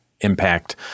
impact